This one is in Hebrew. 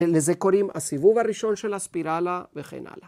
לזה קוראים הסיבוב הראשון של הספירלה וכן הלאה.